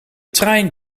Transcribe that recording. trein